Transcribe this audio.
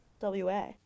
WA